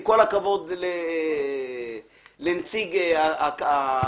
עם כל הכבוד לנציג הכבאות,